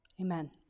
Amen